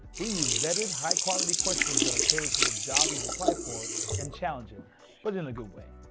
we use vetted, high-quality questions that are tailored to the job you've applied for and challenging but in a good way.